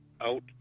out